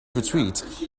retreat